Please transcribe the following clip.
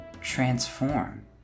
transform